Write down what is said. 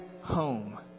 home